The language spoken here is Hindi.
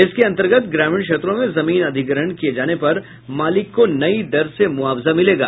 इसके अंतर्गत ग्रामीण क्षेत्रों में जमीन अधिग्रहण किये जाने पर मालिक को नयी दर से मुआवजा मिलेगा